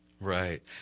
Right